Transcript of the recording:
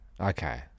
Okay